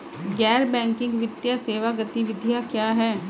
गैर बैंकिंग वित्तीय सेवा गतिविधियाँ क्या हैं?